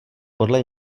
podle